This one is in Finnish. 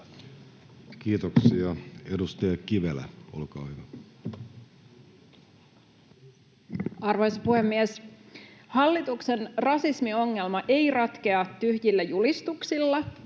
Kiitoksia. — Edustaja Kivelä, olkaa hyvä. Arvoisa puhemies! Hallituksen rasismiongelma ei ratkea tyhjillä julistuksilla.